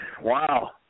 Wow